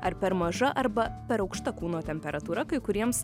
ar per maža arba per aukšta kūno temperatūra kai kuriems